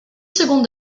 seconde